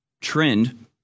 trend